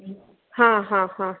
हा हा हा